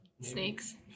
Snakes